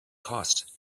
cost